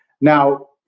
now